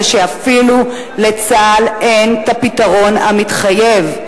זה שאפילו לצה"ל אין הפתרון המתחייב,